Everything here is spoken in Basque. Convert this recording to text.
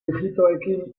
ijitoekin